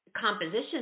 composition